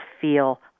feel